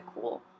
cool